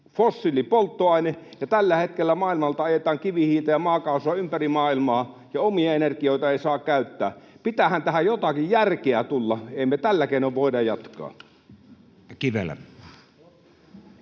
fossiilinen polttoaine, ja tällä hetkellä maailmalta ajetaan kivihiiltä ja maakaasua ympäri maailmaa, ja omia energioita ei saa käyttää. Pitäähän tähän jotakin järkeä tulla. Ei me näillä keinoilla voida jatkaa. [Speech